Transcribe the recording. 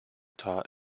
taught